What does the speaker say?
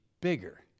bigger